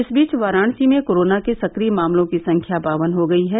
इस बीच वाराणसी में कोरोना के सक्रिय मामलों की संख्या बावन हो गयी है